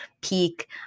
peak